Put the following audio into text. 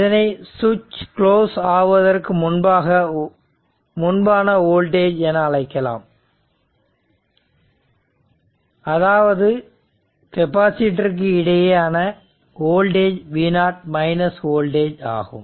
இதனை சுவிட்ச் க்ளோஸ் ஆவதற்கு முன்பான வோல்டேஜ் என அழைக்கலாம் அதாவது கெப்பாசிட்டர் க்கு இடையே ஆன இனிஷியல் v0 வோல்டேஜ் ஆகும்